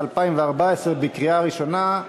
התשע"ד 2014, לקריאה ראשונה.